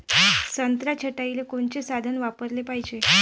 संत्रा छटाईले कोनचे साधन वापराले पाहिजे?